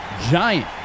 giant